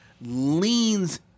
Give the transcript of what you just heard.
leans